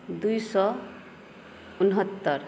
दू सए उनहत्तरि